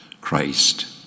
Christ